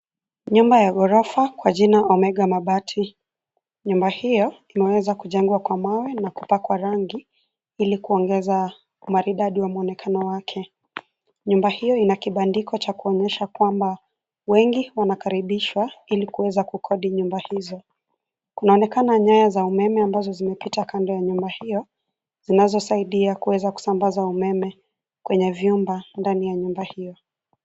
Nyumba ya ghorofa kwa jina Omega Mabati. Nyumba hiyo, imeweza kujengwa kwa mawe na kupakwa rangi, ili kuongeza maridadi wa muonekano wake. Nyumba hiyo ina kibandiko cha kuonyesha kwamba, wengi wanakaribishwa ili kuweza kukodi nyumba hizo. Kunaonekana nyaya za umeme ambazo zimepita kando ya nyumba hiyo, zinazosaidia kuweza kusambaza umeme kwenye vyumba ndani ya nyumba hiyo.